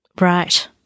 Right